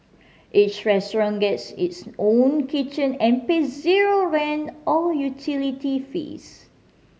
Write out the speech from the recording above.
each restaurant gets its own kitchen and pay zero rent or utility fees